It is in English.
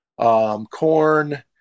Corn